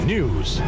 News